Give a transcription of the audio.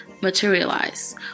materialize